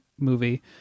movie